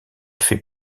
fait